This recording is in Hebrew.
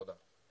תודה.